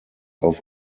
auf